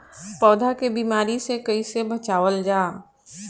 पौधा के बीमारी से कइसे बचावल जा?